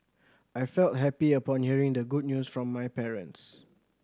I felt happy upon hearing the good news from my parents